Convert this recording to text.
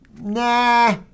Nah